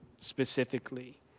specifically